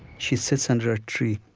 she sits under a tree.